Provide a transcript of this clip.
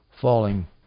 falling